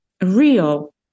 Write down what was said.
real